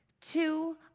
Two